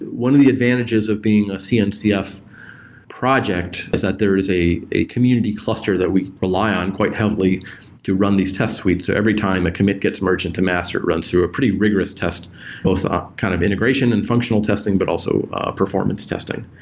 one of the advantages of being a cncf project is that there's a a community cluster that we rely on quite heavily to run these test suites. every time a commit gets merged into master, it runs through a pretty rigorous test both ah kind of integration and functional testing, but also performance testing.